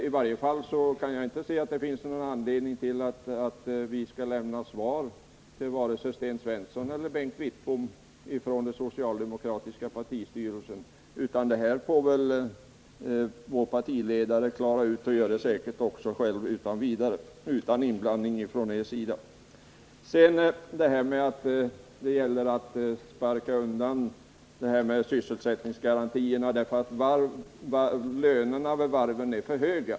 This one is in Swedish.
I varje fall kan inte jag finna att vi inom den socialdemokratiska partistyrelsen har anledning att lämna något svar till vare sig Sten Svensson eller Bengt Wittbom. Det här får väl vår partiledare klara ut, och det gör han säkert också utan inblandning från er sida. Det talas om att man skulle sparka undan sysselsättningsgarantierna därför att lönerna vid varven är för höga.